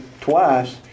twice